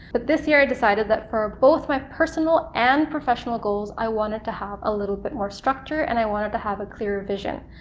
but this year i decided that for both my personal and professional goals, i wanted to have a little bit more structure, and i wanted to have a clear vision.